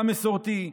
המסורתי,